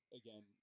again